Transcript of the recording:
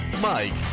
Mike